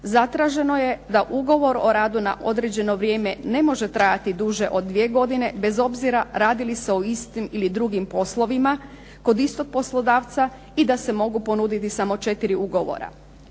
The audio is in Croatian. Zatraženo je da ugovor o radu na određeno vrijeme ne može trajati duže od dvije godine bez obzira radi li se o istim ili drugim poslovima kod istog poslodavca i da se mogu ponuditi samo četiri ugovora.